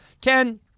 Ken